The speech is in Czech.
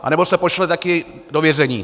Anebo se pošle také do vězení.